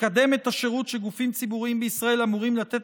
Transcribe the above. תקדם את השירות שגופים ציבוריים בישראל אמורים לתת